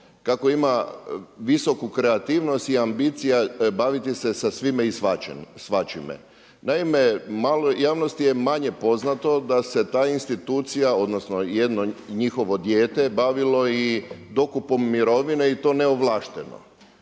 kako ima visoku kreativnost i ambicija baviti se sa svime i svačime. Naime, javnosti je manje poznato da se ta institucija odnosno jedno njihovo dijete bavili i dokupom mirovine i to neovlašteno